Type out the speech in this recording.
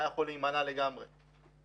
היה יכול להימנע המקרה של משפחת יוספי.